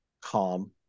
calm